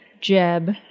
Jeb